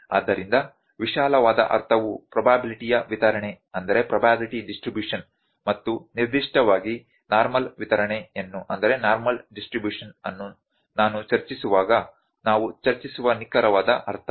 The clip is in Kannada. ಆದ್ದರಿಂದ ವಿಶಾಲವಾದ ಅರ್ಥವು ಪ್ರೊಬ್ಯಾಬಿಲ್ಟಿಯ ವಿತರಣೆ ಮತ್ತು ನಿರ್ದಿಷ್ಟವಾಗಿ ನಾರ್ಮಲ್ ವಿತರಣೆಯನ್ನು ನಾನು ಚರ್ಚಿಸುವಾಗ ನಾವು ಚರ್ಚಿಸುವ ನಿಖರವಾದ ಅರ್ಥ